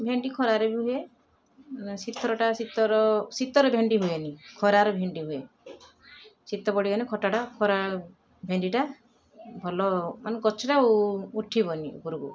ଭେଣ୍ଡି ଖରାରେ ବି ହୁଏ ମାନେ ଶୀତରଟା ଶୀତର ଶୀତରେ ଭେଣ୍ଡି ହୁଏନି ଖରାରେ ଭେଣ୍ଡି ହୁଏ ଶୀତ ପଡ଼ିଗଲେ ଖଟାଟା ଖରା ଭେଣ୍ଡିଟା ଭଲ ମାନେ ଗଛଟା ଉଠିବନି ଉପରକୁ